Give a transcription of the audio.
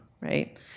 right